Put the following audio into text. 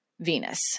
Venus